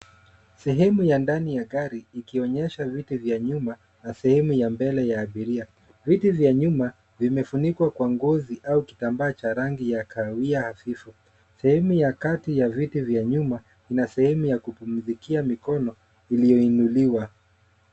Sehemu ya ndani ya gari ikionyesha viti vya nyuma na sehemu ya mbele ya abiria. Viti vya nyuma vimefunikwa kwa ngozi au kitambaa cha rangi ya kahawia hafifu. Sehemu ya kati ya viti vya nyuma kuna sehemu ya kupumzikia mikono iliyoinuliwa.